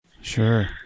Sure